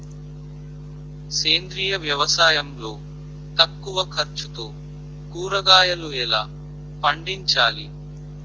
సేంద్రీయ వ్యవసాయం లో తక్కువ ఖర్చుతో కూరగాయలు ఎలా పండించాలి?